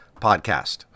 podcast